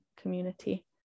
community